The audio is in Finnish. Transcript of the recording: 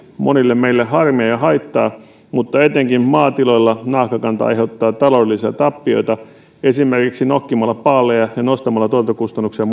monille meille harmia ja haittaa mutta etenkin maatiloilla naakkakanta aiheuttaa taloudellisia tappioita esimerkiksi nokkimalla paaleja ja nostamalla tuotantokustannuksia